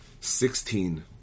Sixteen